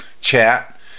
chat